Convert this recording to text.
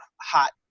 hot